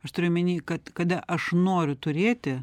aš turiu omeny kad kada aš noriu turėti